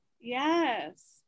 Yes